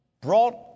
brought